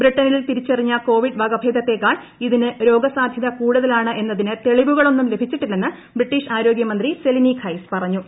ബ്രിട്ടനിൽ തിരിച്ചറിഞ്ഞ കോവിഡ് വകഭേദത്തേക്കാൾ ഇതിന് രോഗ സാധ്യത കൂടുതലാണ് എന്നതിന് തെളിവുകളൊന്നും ലഭിച്ചിട്ടില്ലെന്ന് ബ്രിട്ടീഷ് ആരോഗ്യമന്ത്രി സെലിനി ഖൈസ് പറഞ്ഞു